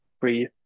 free